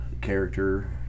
character